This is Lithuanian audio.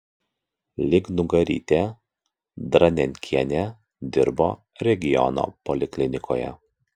lygnugarytė dranenkienė dirbo regiono poliklinikoje